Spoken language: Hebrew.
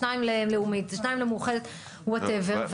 שניים ללאומית ושניים למאוחדת וואטאבר.